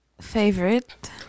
favorite